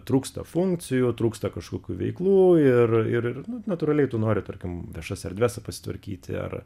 trūksta funkcijų trūksta kažkokių veiklų ir ir natūraliai tu nori tarkim viešas erdves pasitvarkyti ar